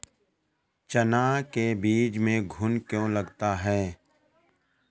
चना के बीज में घुन क्यो लगता है?